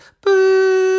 Boo